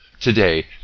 Today